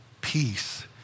peace